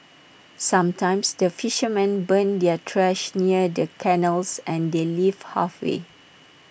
sometimes the fishermen burn their trash near the canals and they leave halfway